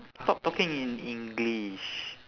stop talking in english